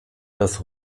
das